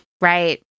right